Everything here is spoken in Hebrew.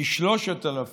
כ-3,000